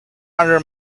under